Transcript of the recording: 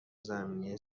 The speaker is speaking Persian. زمینه